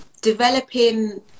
developing